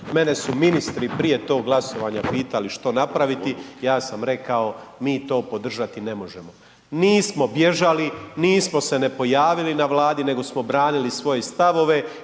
Mene su ministri prije tog glasovanja pitali što napraviti ja sam rekao mi to podržati ne možemo. Nismo bježali, nismo se ne pojavili na Vladi nego smo branili svoje stavove